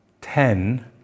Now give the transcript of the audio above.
Ten